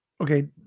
Okay